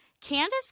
Candace